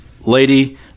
lady